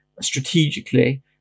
strategically